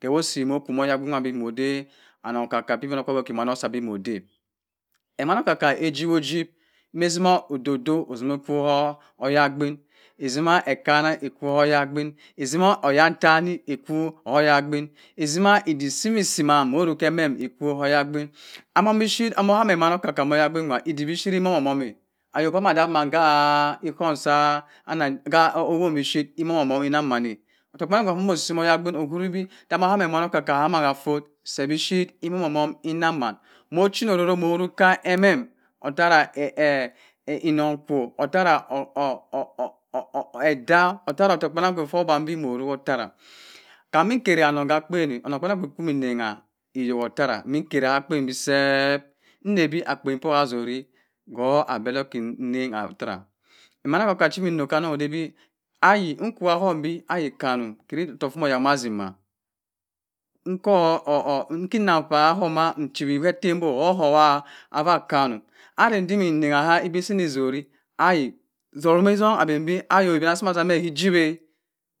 Kewo si mo oko ma oyabink nwa moda onnon oka-ka chi ibinokpaaby obi mọnda, emanna omozima ọdọdọ osim ekanna oko ma oyabinn ekama eko ma oyabin otzima oyantani eko ma oyadin, ezim odik simi osi man emen eko ma oyabin aman biphyt mo hawml, komoma ayok adag man gaa k'ohom sa owin bipyit omo-omomi onnang ma a ottokh cha mo si ma oyabink owuri be da mo hami omama okka-ka ka fot sẹ biphyit emo-omọ enngmam omchina ororo omrok ka emen thare innon kwo ottara ottara ottokh kpunan kpa odami mo howa ottara kam mi kari annong ka akpen-a onnong kpanan kpa chi mi nnang ewott ottara imi kera akpen be seẹp nann bi akpen po ka aburi ku ade doki nanng thara nku ma ho di ayi mannun kari ottokt komo oyak man asim ma nko nnan ma etem bo ko-ko ava akkanum ara kam imi rarag iba sini atzuri ayi zum ke ezun abi ayi iba sa ma asa mẹ ken ajiwa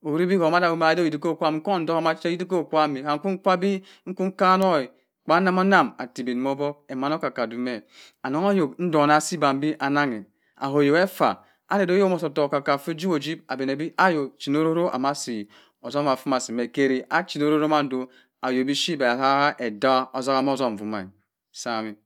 owuri bi ko manda awura me ada oyok diko kwam nku ndoka macha oyok dikop kwaam-a kwam nko nkwa bi nku nkanu pu cannam annam a tomon obok emannam okka-ka wo mẹ annang ayok eduna sa ebanbi annan kẹ ayu eva ara ma oyokn oso ottokh ko no kuno jiwo ayo chino ororo ama si osum chama asi mẹ kachiwa, ayok biphyit be ham eda ka ozum doma sam-a